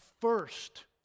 first